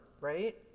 right